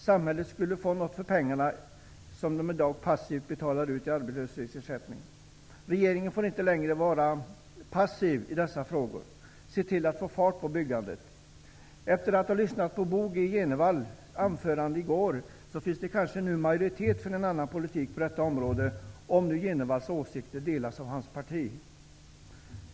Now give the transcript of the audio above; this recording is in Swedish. Samhället skulle få något för de pengar som i dag passivt betalas ut i arbetslöshetsersättning. Regeringen får inte längre vara passiv i dessa frågor. Se till att få fart på byggandet! Efter att ha lyssnat på Bo G Jenevalls anförande i går inser jag att det kanske nu finns majoritet i riksdagen för en annan politik än regeringens på detta område -- om nu Jenevalls åsikter delas av hans parti.